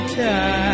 time